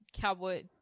Cowboy